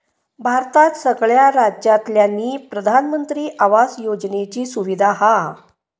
भारतात सगळ्या राज्यांतल्यानी प्रधानमंत्री आवास योजनेची सुविधा हा